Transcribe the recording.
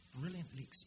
brilliantly